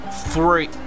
three